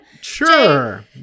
Sure